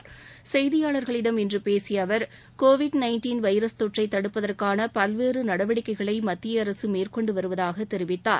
இன்று செய்தியாளர்களிடம் பேசிய அவர் கோவிட் வைரஸ் தொற்றை தடுப்பதற்கான பல்வேறு நடவடிக்கைகளை மத்திய அரசு மேற்கொண்டு வருவதாக தெரிவித்தார்